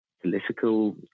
political